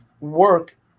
work